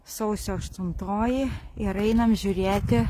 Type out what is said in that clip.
sausio aštuntoji ir einam žiūrėti